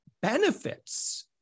benefits